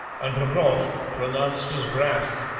and wrath pronounced as rath,